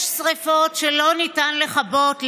יש שרפות שלא ניתן לכבות.